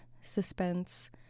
suspense